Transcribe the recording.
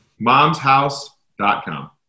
MomsHouse.com